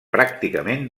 pràcticament